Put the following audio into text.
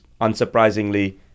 unsurprisingly